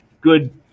good